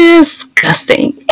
Disgusting